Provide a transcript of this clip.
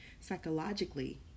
Psychologically